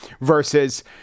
versus